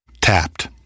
Tapped